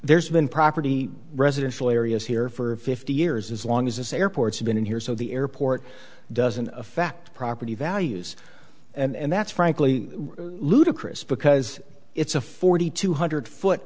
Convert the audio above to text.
there's been property residential areas here for fifty years as long as us airports have been here so the airport doesn't affect property values and that's frankly ludicrous because it's a forty two hundred foot